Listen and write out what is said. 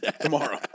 tomorrow